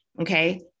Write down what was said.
Okay